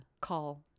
call